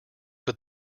but